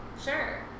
sure